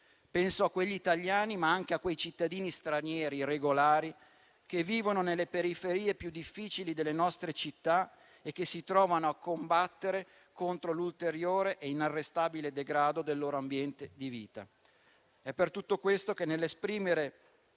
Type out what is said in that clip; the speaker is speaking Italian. Penso a quelli italiani, ma anche a quei cittadini stranieri regolari che vivono nelle periferie più difficili delle nostre città e si trovano a combattere contro l'ulteriore e inarrestabile degrado del loro ambiente di vita. È per tutto questo che, nell'esprimere